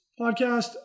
podcast